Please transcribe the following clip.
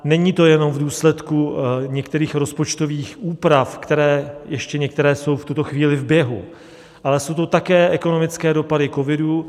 Není to ale jenom v důsledku některých rozpočtových úprav, které ještě některé jsou v tuto chvíli v běhu, ale jsou to také ekonomické dopady covidu.